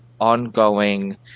ongoing